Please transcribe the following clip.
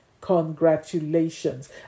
Congratulations